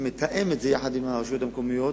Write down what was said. שמתאם את זה עם הרשויות המקומיות,